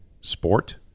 sport